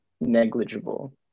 negligible